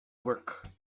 work